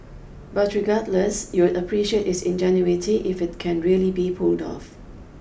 but regardless you'd appreciate its ingenuity if it can really be pulled off